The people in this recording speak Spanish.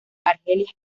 argelia